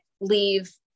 leave